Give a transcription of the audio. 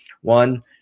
One